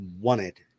wanted